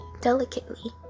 delicately